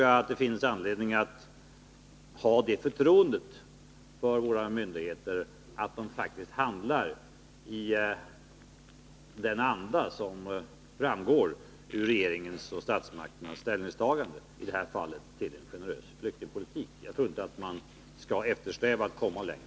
Däremot finns det nog all anledning att ha det förtroendet för våra myndigheter, att de faktiskt handlar i den anda som statsmakternas flyktingpolitik är ett uttryck för.